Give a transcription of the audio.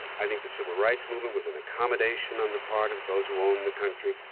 i think the civil rights movement was an accommodation on the part of those who own the country.